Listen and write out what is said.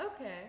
okay